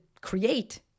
create